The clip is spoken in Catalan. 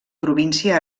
província